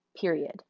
period